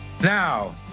Now